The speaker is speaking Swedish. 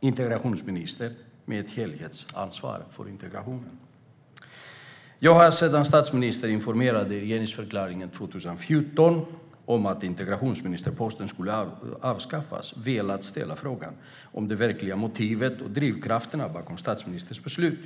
integrationsminister med ett helhetsansvar för integrationen? Ända sedan statsministern informerade i regeringsförklaringen 2014 om att integrationsministerposten skulle avskaffas har jag velat ställa frågan om det verkliga motivet och de verkliga drivkrafterna bakom statsministerns beslut.